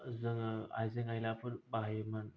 जोङो आइजें आइलाफोर बाहायोमोन